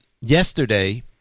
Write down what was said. yesterday